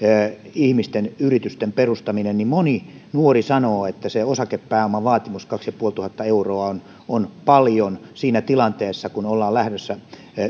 ihmisten yritysten perustamisesta moni nuori sanoo että se osakepääomavaatimus kaksituhattaviisisataa euroa on paljon siinä tilanteessa kun ollaan lähdössä